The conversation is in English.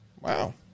Wow